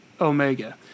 omega